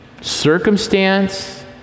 circumstance